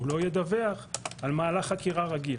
הוא לא ידווח על מהלך חקירה רגיל.